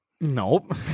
Nope